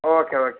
okay okay